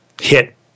hit